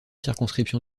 circonscription